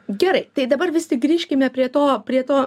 gerai tai dabar vis tik grįžkime prie to prie to